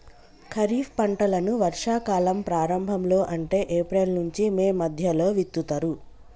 ఖరీఫ్ పంటలను వర్షా కాలం ప్రారంభం లో అంటే ఏప్రిల్ నుంచి మే మధ్యలో విత్తుతరు